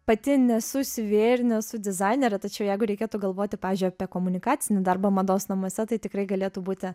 pati nesu siuvėja ir nesu dizainerė tačiau jeigu reikėtų galvoti pavyzdžiui apie komunikacinį darbą mados namuose tai tikrai galėtų būti